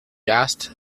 asked